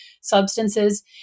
substances